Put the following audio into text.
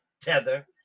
tether